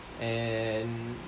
and